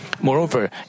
Moreover